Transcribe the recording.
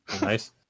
nice